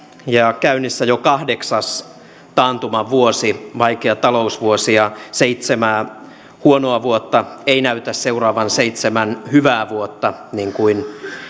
ja käynnissä jo kahdeksas taantumavuosi vaikea talousvuosi ja seitsemää huonoa vuotta ei näytä seuraavan seitsemän hyvää vuotta niin kuin